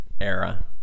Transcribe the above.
era